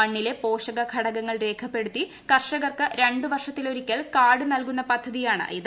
മണ്ണിലെ പോഷക ഘട്ടകുങ്ങൾ രേഖപ്പെടുത്തി കർഷകർക്ക് രു വർഷത്തിലൊരിക്കൽ ക്യ്ക്ർസ് നൽകുന്ന പദ്ധതിയാണിത് ഇത്